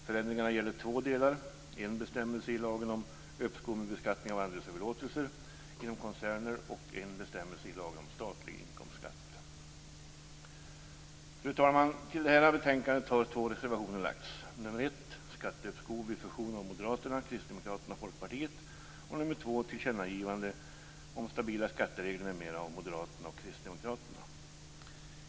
Förändringarna gäller två delar. Det gäller en bestämmelse i lagen om uppskov med beskattning av handelsöverlåtelser inom koncerner och en bestämmelse i lagen om statlig inkomstskatt. Fru talman! Till detta betänkande har två reservationer fogats. Den första heter Skatteuppskov vid fusion och är framlagd av Moderaterna, Kristdemokraterna och Folkpartiet. Den andra heter Tillkännagivande om stabila skatteregler m.m. och är framlagd av Moderaterna och Kristdemokraterna.